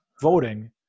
voting